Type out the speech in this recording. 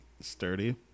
sturdy